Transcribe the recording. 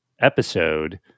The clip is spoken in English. episode